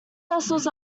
vessels